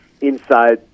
inside